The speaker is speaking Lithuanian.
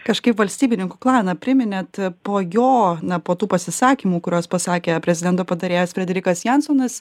kažkaip valstybininkų klaną priminėt po jo na po tų pasisakymų kuriuos pasakė prezidento patarėjas frederikas jansonas